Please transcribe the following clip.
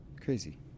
Crazy